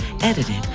Edited